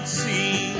see